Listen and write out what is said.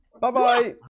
Bye-bye